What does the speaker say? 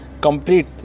complete